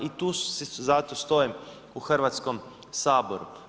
I tu zato stojim u Hrvatskom saboru.